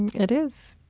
and it is